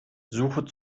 suche